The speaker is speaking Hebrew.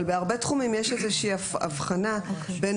אבל בהרבה תחומים יש איזו שהיא הבחנה בין